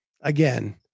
Again